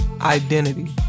identity